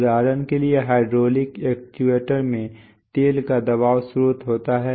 उदाहरण के लिए हाइड्रोलिक एक्ट्यूएटर में तेल का दबाव स्रोत होता है